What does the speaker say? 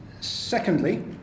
Secondly